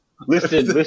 Listen